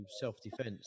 self-defense